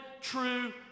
true